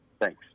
thanks